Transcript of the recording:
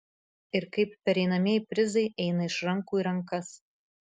ir kaip pereinamieji prizai eina iš rankų į rankas